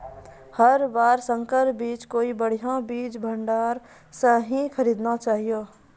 हर बार संकर बीज कोई बढ़िया बीज भंडार स हीं खरीदना चाहियो